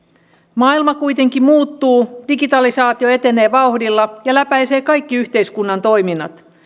maailma kuitenkin muuttuu digitalisaatio etenee vauhdilla ja läpäisee kaikki yhteiskunnan toiminnot